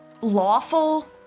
lawful